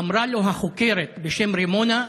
אמרה לו חוקרת בשם רימונה: